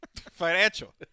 financial